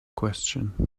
question